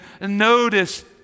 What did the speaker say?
notice